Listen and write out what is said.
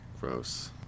Gross